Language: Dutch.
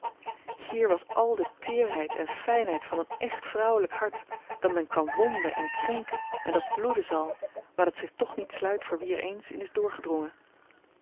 hier was al de teerheid en fijnheid van een echt vrouwelijk hart dat men kan wonden en krenken en dat bloeden zal maar dat zich toch niet sluit voor wie er eens in is doorgedrongen